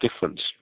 difference